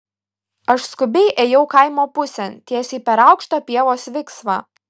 aš skubiai ėjau kaimo pusėn tiesiai per aukštą pievos viksvą